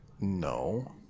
No